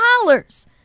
dollars